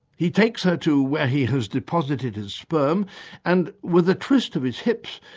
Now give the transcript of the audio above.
he takes her to where he has deposited his sperm and, with a twist of his hips,